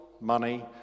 money